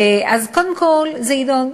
קודם כול זה יידון,